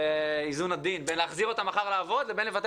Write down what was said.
זה איזון עדין בין להחזיר אותם מחר לעבוד לבין לבטל